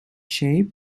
shape